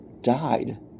died